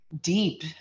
deep